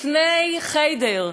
לפני "חדר",